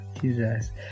Jesus